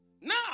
Now